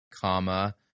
comma